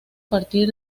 partir